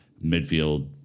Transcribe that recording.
midfield